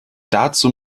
dazu